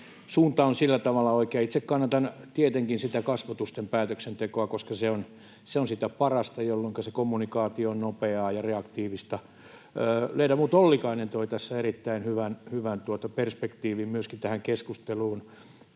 suunta on sillä tavalla oikea. Itse kannatan tietenkin sitä päätöksentekoa kasvotusten, koska se on sitä parasta, jolloinka se kommunikaatio on nopeaa ja reaktiivista. Ledamot Ollikainen toi tässä myöskin erittäin hyvän perspektiivin tähän keskusteluun.